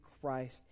Christ